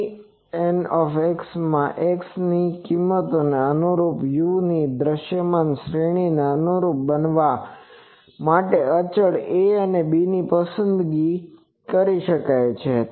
TN માં x ની કિંમતોને અનુરૂપ u ની દૃશ્યમાન શ્રેણી ને અનુરૂપ બનાવવા માટે અચળ a અને b ની પસંદગી પસંદ કરી શકાય છે